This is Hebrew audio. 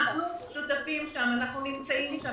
אנחנו שותפים שם, אנחנו נמצאים שם.